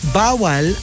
bawal